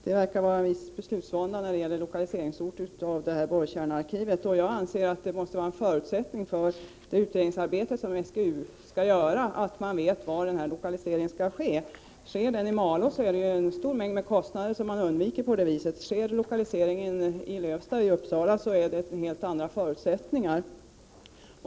Det verkar finnas en viss beslutsvånda när det gäller lokaliseringsorten för borrkärnearkivet. Det måste vara en förutsättning för det utredningsarbete som SGU skall göra att man vet till vilken ort lokaliseringen skall ske. Om Malå blir lokaliseringsort, undviker vi stora kostnader. Sker lokaliseringen till Lövsta utanför Uppsala, blir det helt andra förutsättningar.